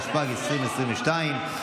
התשפ"ג 2022,